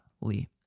Lee